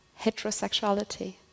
heterosexuality